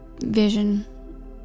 vision